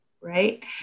right